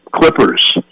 Clippers